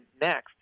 next